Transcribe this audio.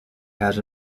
has